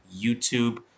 YouTube